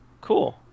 Cool